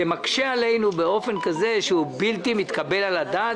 זה מקשה עלינו באופן שהוא בלתי מתקבל על הדעת.